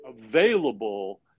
available